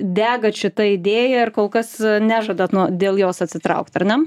degat šita idėja ir kol kas nežadat nuo dėl jos atsitraukt ar ne